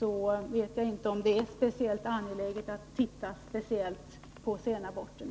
anser jag inte att det är speciellt angeläget att titta särskilt på senaborterna.